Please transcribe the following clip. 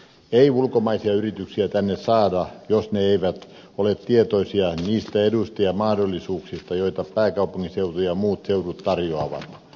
ei ulkomaisia yrityksiä tänne saada jos ne eivät ole tietoisia niistä eduista ja mahdollisuuksista joita pääkaupunkiseutu ja muut seudut tarjoavat